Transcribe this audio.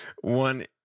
One